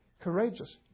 Courageous